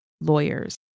lawyers